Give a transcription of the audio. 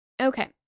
Okay